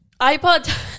ipod